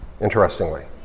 Interestingly